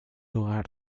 lugar